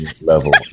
level